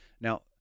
Now